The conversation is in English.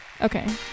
Okay